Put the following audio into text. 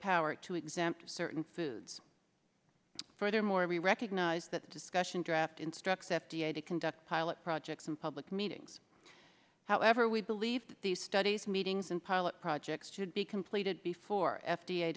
power to exempt certain foods furthermore we recognize that discussion draft instructs f d a to conduct pilot projects in public meetings however we believe these studies meetings and pilot projects should be completed before f